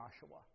Joshua